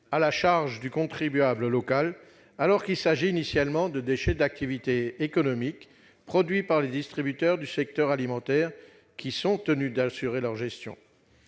par le contribuable local, alors qu'il s'agit initialement de déchets d'activité économique produits par les distributeurs du secteur alimentaire, lesquels sont tenus de les gérer.